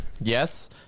Yes